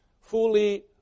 fully